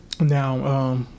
Now